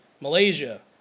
Malaysia